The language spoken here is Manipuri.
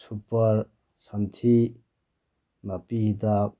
ꯁꯨꯞꯄꯔ ꯁꯟꯊꯤ ꯅꯥꯄꯤ ꯍꯤꯗꯥꯛ